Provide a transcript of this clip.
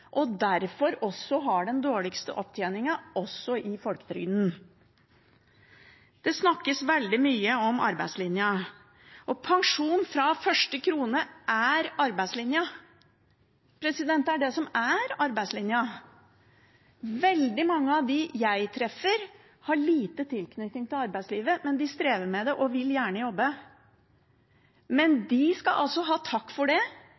og dårligst tilknytning til arbeidslivet fra før, og derfor også har den dårligste opptjeningen, også i folketrygden. Det snakkes veldig mye om arbeidslinja. Og pensjon fra første krone er arbeidslinja – det er det som er arbeidslinja. Veldig mange av dem jeg treffer, har liten tilknytning til arbeidslivet, men